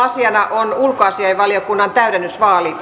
asiana on ulkoasiainvaliokunnan täydennysvaali